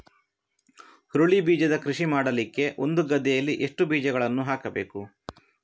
ಹುರುಳಿ ಬೀಜದ ಕೃಷಿ ಮಾಡಲಿಕ್ಕೆ ಒಂದು ಗದ್ದೆಯಲ್ಲಿ ಎಷ್ಟು ಬೀಜಗಳನ್ನು ಹಾಕಬೇಕು?